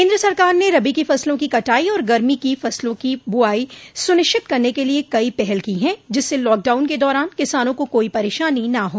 केन्द्र सरकार ने रबी की फसलों की कटाई और गर्मी की फसलों की बुवाई सुनिश्चित करने के लिए कई पहल की है जिससे लॉकडाउन के दौरान किसानों को कोई परेशानी न हो